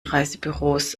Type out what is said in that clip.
reisebüros